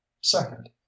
second